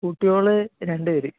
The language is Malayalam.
കുട്ടികൾ രണ്ടു പേർ